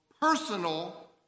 personal